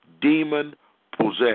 demon-possessed